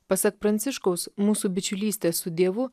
pasak pranciškaus mūsų bičiulystė su dievu